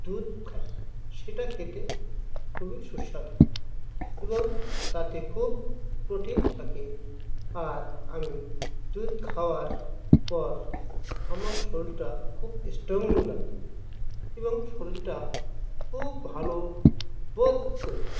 দুধ খাই সেটা খেতে খুবই সুস্বাদু এবং তাতে খুব প্রোটিন থাকে আর আমি দুধ খাওয়ার পর আমার শরীরটা খুব স্ট্রং লাগে এবং শরীরটা খুব ভালো বোধ করি